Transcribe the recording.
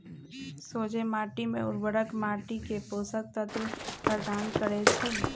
सोझें माटी में उर्वरक माटी के पोषक तत्व प्रदान करै छइ